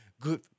good